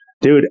dude